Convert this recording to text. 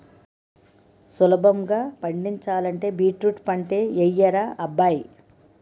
సులభంగా పండించాలంటే బీట్రూట్ పంటే యెయ్యరా అబ్బాయ్